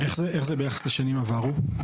איך זה ביחס לשנים עברו?